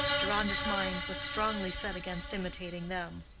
deronda's mind was strongly set against imitating them.